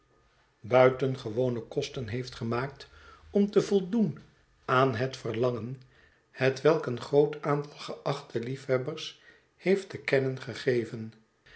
buitengewone kosten heeft gemaakt om te voldoen aan het verlangen hetwelk een groot aantal geachte liefhebbers heeft te kennen gegeven